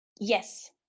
Yes